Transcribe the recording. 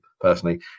personally